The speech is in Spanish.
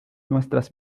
nuestras